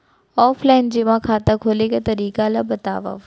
Offline जेमा खाता खोले के तरीका ल बतावव?